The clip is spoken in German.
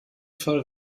fall